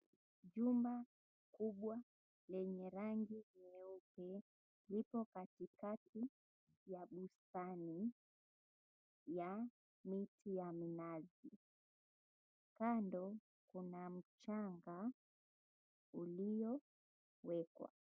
Jumba kubwa lenye rangi nyeupe liko katikati ya bustani ya miti ya minazi. Kando kuna mchanga ulio wekwa.